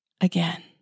again